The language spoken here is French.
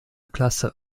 classe